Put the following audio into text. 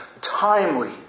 Timely